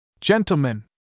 Gentlemen